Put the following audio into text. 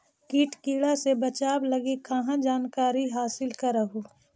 किट किड़ा से बचाब लगी कहा जानकारीया हासिल कर हू?